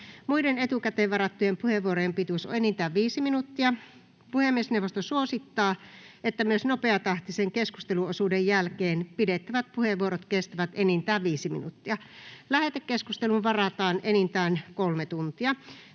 Muiden etukäteen varattujen puheenvuorojen pituus on enintään 5 minuuttia. Puhemiesneuvosto suosittaa, että myös nopeatahtisen keskusteluosuuden jälkeen pidettävät puheenvuorot kestävät enintään 5 minuuttia. Lähetekeskusteluun varataan enintään 3 tuntia.